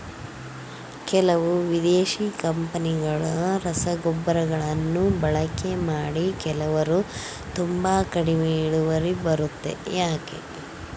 ಕೆಲವು ವಿದೇಶಿ ಕಂಪನಿಗಳ ರಸಗೊಬ್ಬರಗಳನ್ನು ಬಳಕೆ ಮಾಡಿ ಕೆಲವರು ತುಂಬಾ ಕಡಿಮೆ ಇಳುವರಿ ಬರುತ್ತೆ ಯಾಕೆ?